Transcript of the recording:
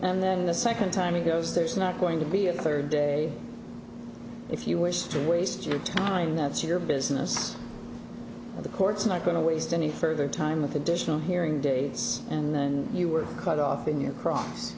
and then the second time he goes there's not going to be a third day if you wish to waste your time that's your business in the courts not going to waste any further time with additional hearing dates and then you were cut off in your cross